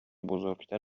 بزرگتر